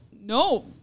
no